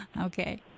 Okay